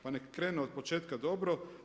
Pa neka krene od početka dobro.